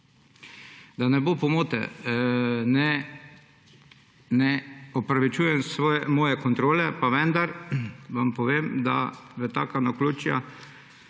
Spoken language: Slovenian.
Da ne bo pomote, ne opravičujem svoje kontrole, pa vendar vam povem, da v taka naključja